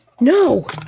No